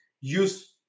Use